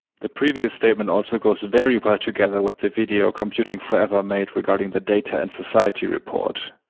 the previous statement also goes very well together with the video computing forever made regarding the data and society report.